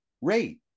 rate